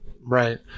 Right